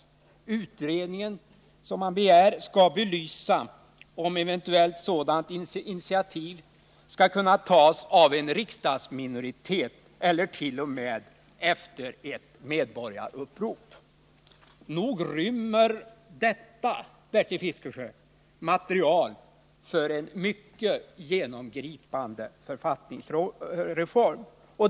Den utredning man begär skall belysa om sådant initiativ eventuellt skall kunna ”tas av en riksdagsminoritet eller t.o.m. efter ett medborgarupprop”. Nog rymmer detta, Bertil Fiskesjö, material för en mycket genomgripande författningsreform.